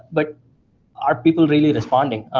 but are people really responding?